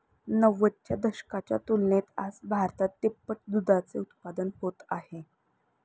नव्वदच्या दशकाच्या तुलनेत आज भारतात तिप्पट दुधाचे उत्पादन होत आहे